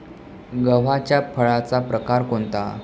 गव्हाच्या फळाचा प्रकार कोणता?